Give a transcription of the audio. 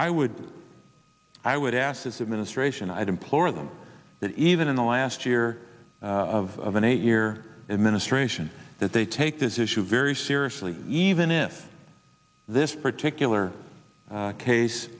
i would i would ask this administration i'd implore them that even in the last year of an eight year administration that they take this issue very seriously even if this particular case